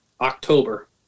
October